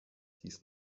dies